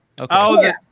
okay